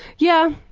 yeah,